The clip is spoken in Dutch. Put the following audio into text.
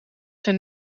zijn